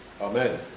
Amen